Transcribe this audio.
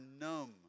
numb